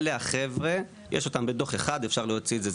יש אותם בדוח אחד, אפשר להוציא את זה.